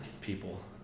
people